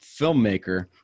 filmmaker